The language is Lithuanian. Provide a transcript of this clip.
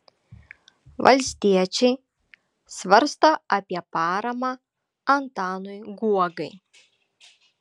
valstiečiai svarsto apie paramą antanui guogai